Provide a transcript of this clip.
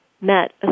met